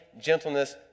gentleness